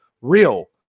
real